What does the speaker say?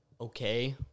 okay